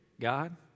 God